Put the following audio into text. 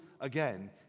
again